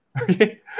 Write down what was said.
Okay